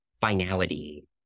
finality